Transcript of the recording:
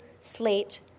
Slate